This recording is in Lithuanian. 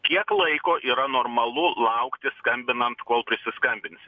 kiek laiko yra normalu laukti skambinant kol prisiskambinsi